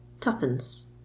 tuppence